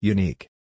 Unique